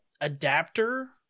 adapter